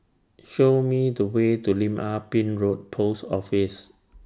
Show Me The Way to Lim Ah Pin Road Post Office